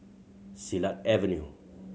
Silat Avenue